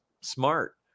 smart